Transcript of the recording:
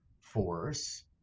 force